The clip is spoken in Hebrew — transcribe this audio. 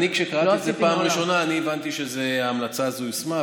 כשקראתי את זה בפעם הראשונה הבנתי שההמלצה הזאת יושמה,